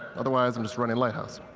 otherwise, i'm just running lighthouse.